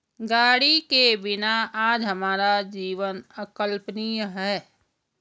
गाड़ी के बिना आज हमारा जीवन अकल्पनीय है